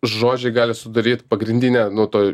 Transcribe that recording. žodžiai gali sudaryt pagrindinę nu to